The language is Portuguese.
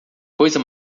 coisa